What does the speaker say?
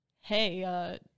hey